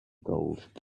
gold